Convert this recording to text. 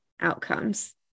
outcomes